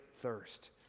thirst